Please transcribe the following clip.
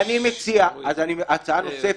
אז אני מציע הצעה נוספת,